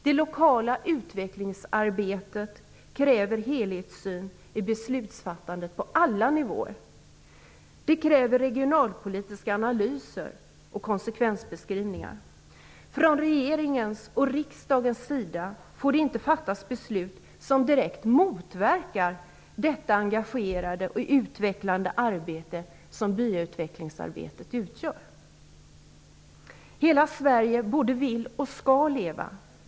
Det lokala utvecklingsarbetet kräver en helhetssyn på alla nivåer i beslutsfattandet. Det kräver regionalpolitiska analyser och konsekvensbeskrivningar. Regeringen och riksdagen får inte fatta beslut som direkt motverkar det engagerade och utvecklande arbete som byautvecklingsarbetet utgör. Hela Sverige både vill och skall leva.